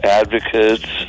advocates